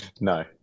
No